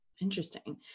Interesting